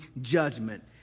judgment